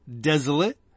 desolate